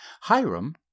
Hiram